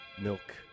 milk